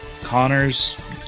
Connor's